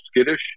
skittish